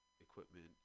equipment